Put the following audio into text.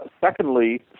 Secondly